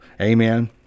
Amen